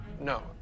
no